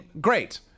great